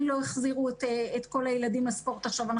לא החזירו את כל הילדים לספורט עכשיו.